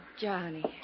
Johnny